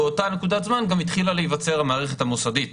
באותה נקודת זמן גם התחילה להיווצר המערכת המוסדית,